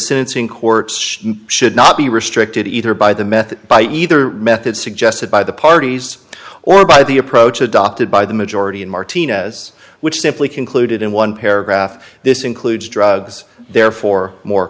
sentencing courts should not be restricted either by the method by either method suggested by the parties or by the approach adopted by the majority in martinez which simply concluded in one paragraph this includes drugs therefore more